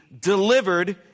delivered